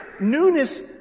Newness